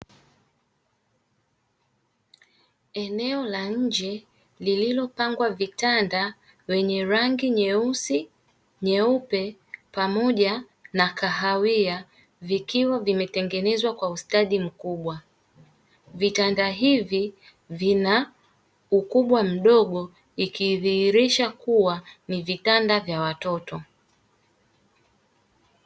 Eneo la nje lililopangwa vitanda vyenye rangi nyeusi, nyeupe, pamoja na kahawia vikiwa vimetengenezwa kwa ustadi mkubwa. Vitanda hivi vina ukubwa mdogo ikidhihirisha kuwa ni vitanda vya watoto.